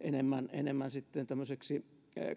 enemmän enemmän sitten tämmöiseksi